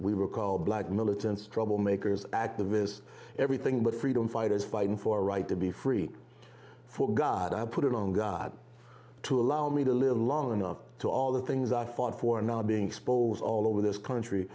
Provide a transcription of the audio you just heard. we were called black militants troublemakers activists everything but freedom fighters fighting for a right to be free for god i put it on god to allow me to live long enough to all the things i fought for not being exposed all over this country